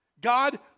God